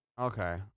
Okay